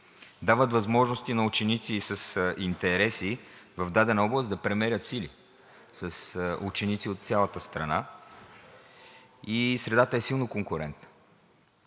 дават възможности на ученици с интереси в дадена област да премерят сили с ученици от цялата страна и средата е силно конкурентна.